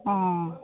অঁ